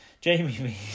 Jamie